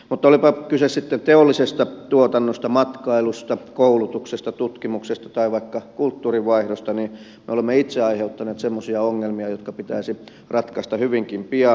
olipa kyse sitten teollisesta tuotannosta matkailusta koulutuksesta tutkimuksesta tai vaikka kulttuurinvaihdosta niin me olemme itse aiheuttaneet semmoisia ongelmia jotka pitäisi ratkaista hyvinkin pian